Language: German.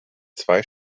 zwei